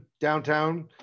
downtown